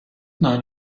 known